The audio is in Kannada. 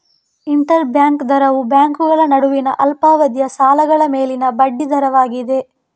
ಇಂಟರ್ ಬ್ಯಾಂಕ್ ದರವು ಬ್ಯಾಂಕುಗಳ ನಡುವಿನ ಅಲ್ಪಾವಧಿಯ ಸಾಲಗಳ ಮೇಲಿನ ಬಡ್ಡಿ ದರವಾಗಿದೆ